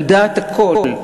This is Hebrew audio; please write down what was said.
על דעת הכול,